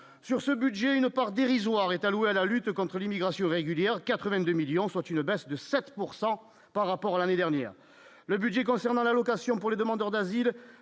sur ce budget une part dérisoire est alloués à la lutte contre l'immigration irrégulière 82 millions, soit une baisse de 7 pourcent par rapport à l'année dernière le budget concernant l'allocation pour les demandeurs d'asile,